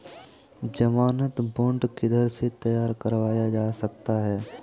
ज़मानत बॉन्ड किधर से तैयार करवाया जा सकता है?